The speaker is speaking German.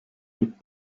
mit